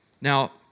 Now